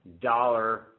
dollar